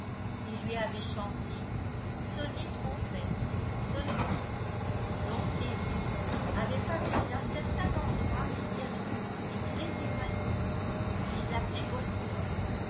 et lui avait chanté sonnez trompettes sonnez l'oncle et lui avaient parlé d'un certain endroit mystérieux et très éloigné qu'ils appelaient boston